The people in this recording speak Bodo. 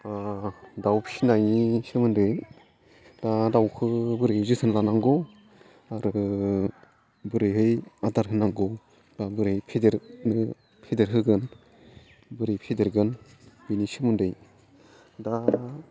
दाउ फिसिनायनि सोमोन्दै दा दाउखौ बोरै जोथोन लानांगौ आरो बोरैहाय आदार होनांगौ बा बोरै फेदेरनो फेदेर होगोन बोरै फेदेरगोन बेनि सोमोन्दै दा